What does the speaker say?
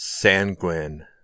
sanguine